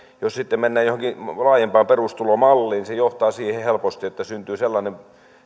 jos sitten mennään johonkin laajempaan perustulomalliin niin se johtaa helposti siihen että syntyy sellainen